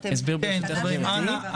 עכשיו?